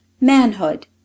Manhood